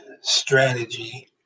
strategy